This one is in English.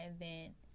event